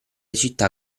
città